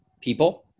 people